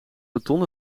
beton